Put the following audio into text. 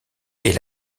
est